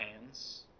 hands